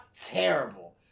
terrible